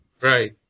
Right